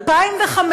2015,